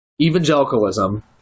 evangelicalism